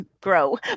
grow